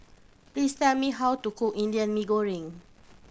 please tell me how to cook Indian Mee Goreng